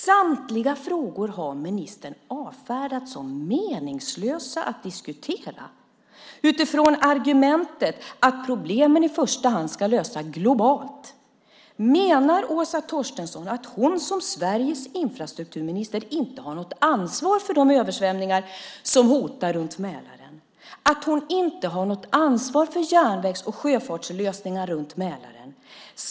Samtliga frågor har ministern avfärdat som meningslösa att diskutera utifrån argumentet att problemen i första hand ska lösas globalt. Menar Åsa Torstensson att hon som Sveriges infrastrukturminister inte har något ansvar för de översvämningar som hotar runt Mälaren? Menar ministern att hon inte har något ansvar för järnvägs och sjöfartslösningar runt Mälaren?